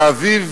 לאביב